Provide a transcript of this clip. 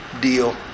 deal